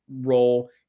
role